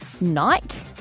Nike